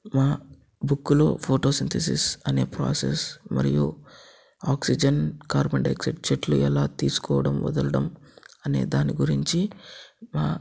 మా బుక్లు ఫోటోసింథసిస్ అనే ప్రాసెస్ మరియు ఆక్సిజన్ కార్బన్ డైయాక్సైడ్ చెట్లు ఎలా తీసుకోవడం వదలడం అనే దాని గురించి మా